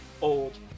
old